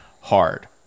hard